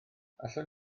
allwn